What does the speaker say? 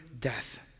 death